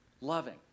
loving